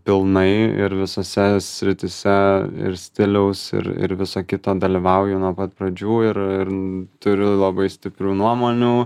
pilnai ir visose srityse ir stiliaus ir ir viso kito dalyvauju nuo pat pradžių ir turiu labai stiprių nuomonių